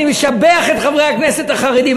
אני משבח את חברי הכנסת החרדים.